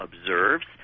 observes